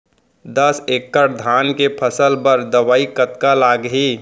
दस एकड़ धान के फसल बर दवई कतका लागही?